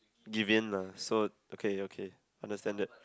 give in ah so okay okay understand that